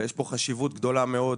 ויש פה חשיבות גדולה מאוד